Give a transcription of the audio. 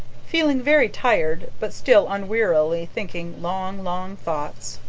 feeling very tired but still unweariedly thinking long, long thoughts.